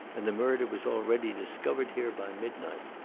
and the murder was already discovered here by midnight.